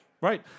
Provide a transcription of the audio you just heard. right